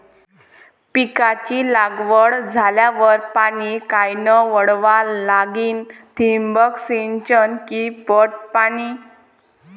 पिकाची लागवड झाल्यावर पाणी कायनं वळवा लागीन? ठिबक सिंचन की पट पाणी?